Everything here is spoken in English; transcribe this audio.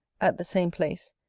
at the same place,